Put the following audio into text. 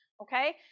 okay